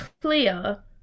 clear